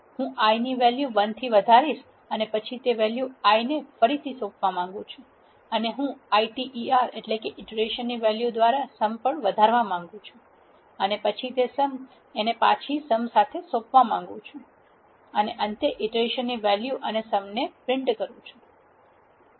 હું i ની value 1 થી વધારીશ અને પછી તે વેલ્યુ i ને ફરીથી સોંપવા માંગું છું અને હું iter વેલ્યુ દ્વારા સમ પણ વધારવા માંગું છું અને પછી તે સમ ને પાછી સમ સોંપવા માંગું છું અને અંતે ઇટરેશન વેલ્યુ અને સમ ને છાપો